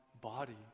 body